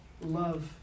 love